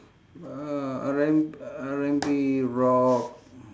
uh R&~ R&B rock